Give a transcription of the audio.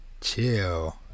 chill